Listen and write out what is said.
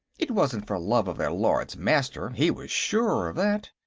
it wasn't for love of their lords-master he was sure of that.